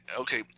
Okay